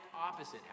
opposite